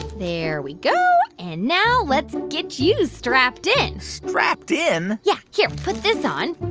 there we go. and now let's get you strapped in strapped in? yeah. here put this on